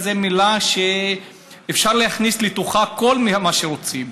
מילים כאלה שאפשר להכניס לתוכן כל מה שרוצים.